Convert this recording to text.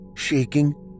Shaking